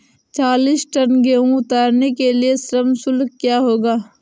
चालीस टन गेहूँ उतारने के लिए श्रम शुल्क क्या होगा?